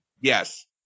Yes